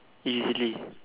easily